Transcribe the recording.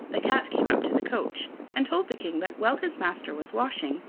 the cat came up to the coach and told the king that, while his master was washing,